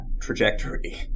trajectory